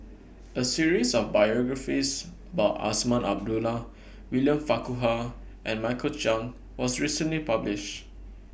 A series of biographies about Azman Abdullah William Farquhar and Michael Chiang was recently published